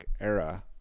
Era